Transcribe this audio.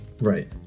Right